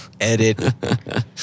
edit